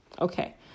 Okay